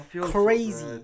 crazy